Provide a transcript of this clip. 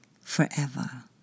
forever